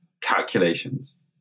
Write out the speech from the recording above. calculations